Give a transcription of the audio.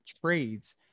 trades